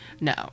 No